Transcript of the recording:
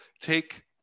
take